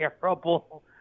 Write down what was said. terrible